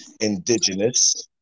indigenous